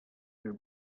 your